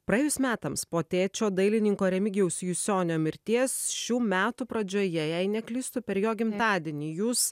praėjus metams po tėčio dailininko remigijaus jusionio mirties šių metų pradžioje jei neklystu per jo gimtadienį jūs